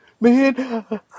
man